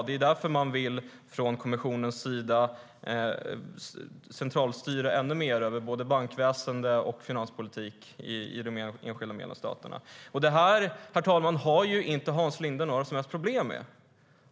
Det är därför man från kommissionens sida ännu mer vill centralstyra både bankväsen och finanspolitik i de enskilda medlemsstaterna. Det här, herr talman, har inte Hans Linde några som helst problem med.